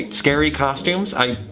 scary costumes? i.